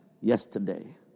yesterday